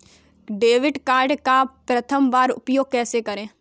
Debit card का प्रथम बार उपयोग कैसे करेंगे?